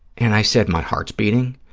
and i said, my heart's beating.